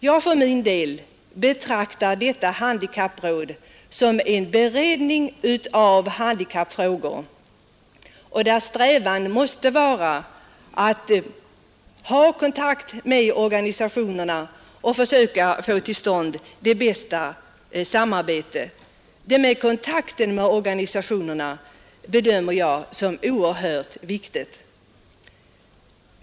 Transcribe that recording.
Jag för min del betraktar detta handikappråd som en beredning av handikappfrågor och där strävan måste vara att ha kontakt med organisationerna och försöka få till stånd det bästa samarbete. En kontakt med organisationerna bedömer jag som oerhört viktig.